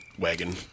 Wagon